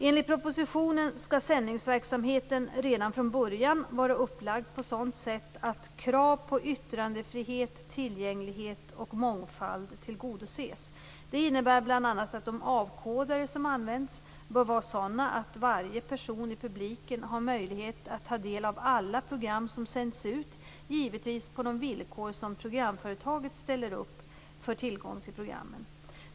Enligt propositionen skall sändningsverksamheten redan från början vara upplagd på sådant sätt att krav på yttrandefrihet, tillgänglighet och mångfald tillgodoses. Det innebär bl.a. att de avkodare som används bör vara sådana att varje person i publiken har möjlighet att ta del av alla program som sänds ut, givetvis på de villkor som programföretaget ställer upp för tillgång till programmen.